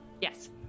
yes